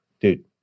Dude